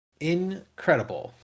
incredible